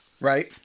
Right